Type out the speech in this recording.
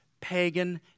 pagan